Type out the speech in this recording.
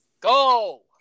go